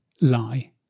lie